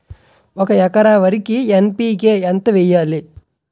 ఒక ఎకర వరికి ఎన్.పి.కే ఎంత వేయాలి?